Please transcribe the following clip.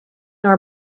nor